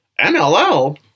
MLL